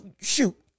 Shoot